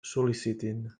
sol·licitin